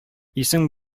исең